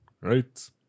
right